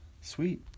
sweet